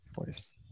voice